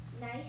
nice